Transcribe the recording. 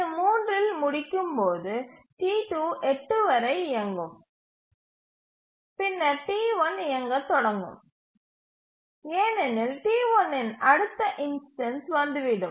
இது 3 இல் முடிக்கும்போது T2 8 வரை இயங்கும் பின்னர் T1 இயங்கத் தொடங்கும் ஏனெனில் T1 இன் அடுத்த இன்ஸ்டன்ஸ் வந்துவிடும்